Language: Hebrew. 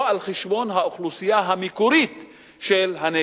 על חשבון האוכלוסייה המקורית של הנגב.